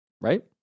right